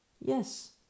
Yes